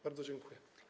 Bardzo dziękuję.